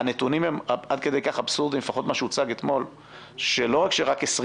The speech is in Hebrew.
הם לא דוחים שום דבר.